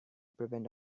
prevent